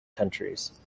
countries